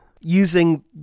using